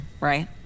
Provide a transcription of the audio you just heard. right